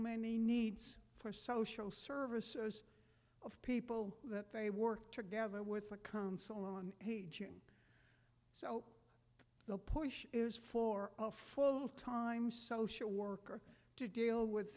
many needs for social services of people that they work together with a console and so the push is for a full time social worker to deal with